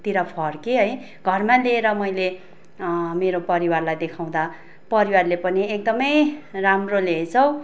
तिर फर्के है घरमा लिएर मैले मेरो परिवारलाई देखाउँदा परिवारले पनि एकदम राम्रो लिएछौ